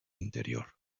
interior